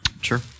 Sure